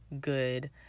good